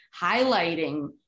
highlighting